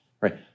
right